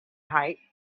height